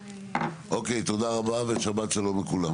אוקיי, תודה רבה ושבת שלום לכולם.